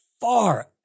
far